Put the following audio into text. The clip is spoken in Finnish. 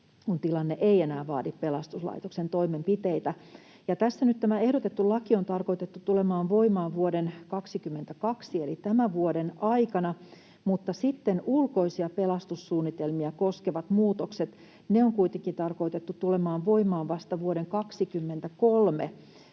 kun tilanne ei enää vaadi pelastuslaitoksen toimenpiteitä. Tässä nyt tämä ehdotettu laki on tarkoitettu tulemaan voimaan vuoden 22 eli tämän vuoden aikana, mutta sitten ulkoisia pelastussuunnitelmia koskevat muutokset on kuitenkin tarkoitettu tulemaan voimaan vasta vuoden 23